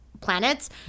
planets